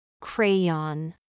Crayon